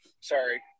Sorry